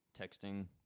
texting